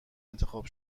انتخاب